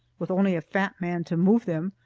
with only a fat man to move them,